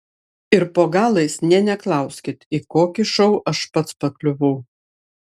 ir po galais nė neklauskit į kokį šou aš pats pakliuvau